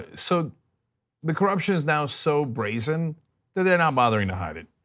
so the corruption is now so brazen that they are not bothering to hide it.